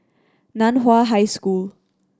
Nan Hua High School